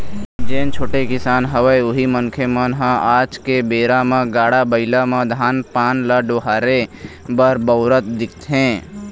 जेन छोटे किसान हवय उही मनखे मन ह आज के बेरा म गाड़ा बइला म धान पान ल डोहारे बर बउरत दिखथे